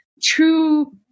true